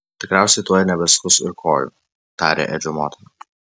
tikriausiai tuoj nebeskus ir kojų tarė edžio motina